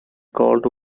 called